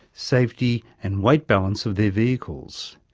safety and weight balance of their vehicles.